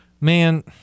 Man